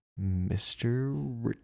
mr